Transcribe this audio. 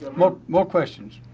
ah more more questions.